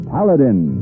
Paladin